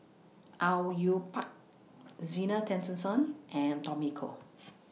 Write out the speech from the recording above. Au Yue Pak Zena Tessensohn and Tommy Koh